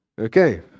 Okay